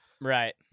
Right